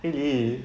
really